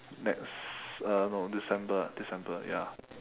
next uh no december december ya